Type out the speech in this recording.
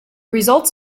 results